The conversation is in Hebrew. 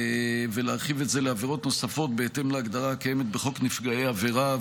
ולהרחיב את זה לעבירות נוספות בהתאם להגדרה הקיימת בחוק נפגעי העבירה,